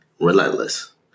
Relentless